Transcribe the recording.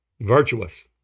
Virtuous